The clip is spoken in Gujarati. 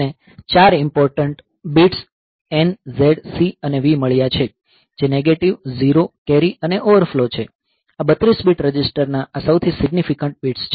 તેને 4 important bits N Z C અને V મળ્યા છે જે નેગેટીવ ઝીરો કેરી અને ઓવરફ્લો છે આ 32 બીટ રજીસ્ટરના આ સૌથી સીગ્નીફીકંટ બિટ્સ છે